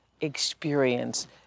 experience